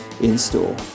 in-store